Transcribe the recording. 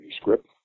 script